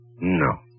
No